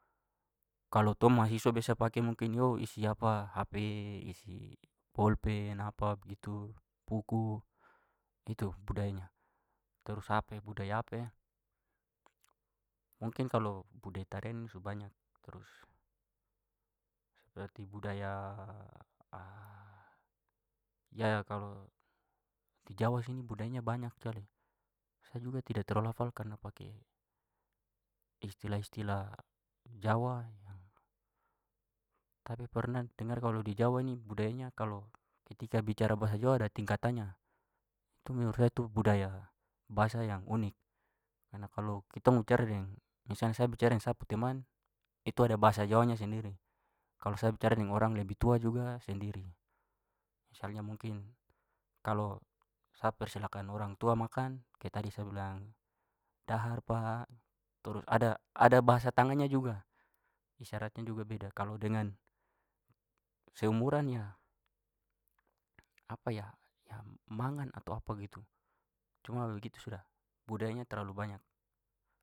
Kalo tong mahasiswa biasa pake mungkin yo isi apa HP isi polpen apa begitu, buku, itu budayanya. Trus apa e budaya apa e, mungkin kalo budaya tarian su banyak. Trus seperti budaya ya kalo di jawa sini budayanya banyak sekali. Sa juga tidak terlalu hafal karena pake istilah-istilah jawa. Tapi pernah dengar kalau di jawa ni budayanya kalo ketika bicara bahasa jawa ada tingkatannya, itu menurut saya tu budaya bahasa yang unik karena kalo kitong bicara deng misalnya sa bicara deng sa pu teman itu ada bahasa jawanya sendiri, kalo sa bicara deng orang lebih tua juga sendiri. Misalnya mungkin kalo sa persilakan orang tua makan kayak tadi sa bilang, "dahar, pak." Trus ada bahasa tangannya juga, isyaratnya juga beda. Kalo dengan seumuran ya ya mangan atau apa begitu. Cuma begitu sudah budayanya terlalu banyak.